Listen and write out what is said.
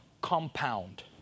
compound